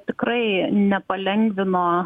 tikrai nepalengvino